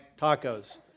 tacos